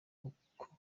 uko